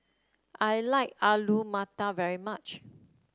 I like Alu Matar very much